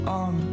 on